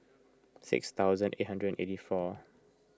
six thousand eight hundred and eighty four